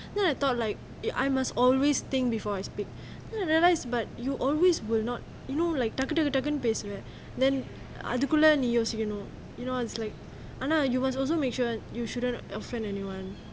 then I thought like it I must always think before I speak then I realised but you always will not you know like டக்கு டக்கு டக்குனு பேசுவ:takku takku takkunu paesuva then அது குள்ள நீ யோசிக்கணும்:athu kulla nee yosikanum you know you know it's like ஆனா:aana you must also make sure you shouldn't offend anyone